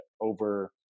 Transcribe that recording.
over